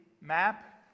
map